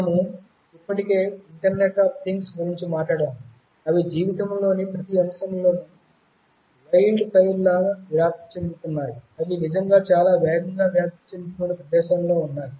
మేము ఇప్పటికే internet of things గురించి మాట్లాడాము అవి జీవితంలోని ప్రతి అంశంలోనూ వైల్డ్ఫైర్ లా వ్యాప్తి చెందుతున్నాయి అవి నిజంగా చాలా వేగంగా వ్యాప్తి చెందుతున్న ప్రదేశాలు ఉన్నాయి